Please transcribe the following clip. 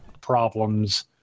problems